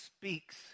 speaks